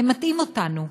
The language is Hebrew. הם מטעים אותנו.